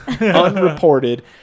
unreported